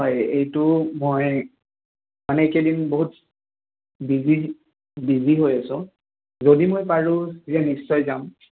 হয় এইটো মই মানে একেইদিন বহুত বিজি বিজি হৈ আছো যদি মই পাৰোঁ যে নিশ্চয় যাম